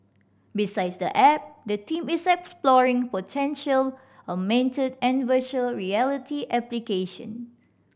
besides the app the team is exploring potential and virtual reality application